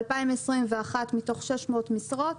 ב-2021, מתוך 600 משרות,